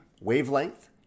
Wavelength